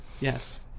yes